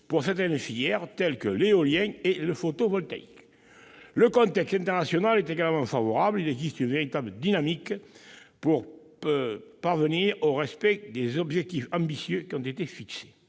pour certaines filières comme l'éolien et le photovoltaïque. Le contexte international est également favorable, puisqu'il existe une véritable dynamique pour parvenir au respect des objectifs ambitieux qui ont été fixés.